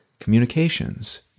communications